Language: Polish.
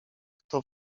kto